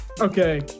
okay